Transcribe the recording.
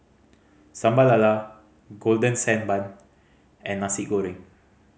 Sambal Lala Golden Sand Bun and Nasi Goreng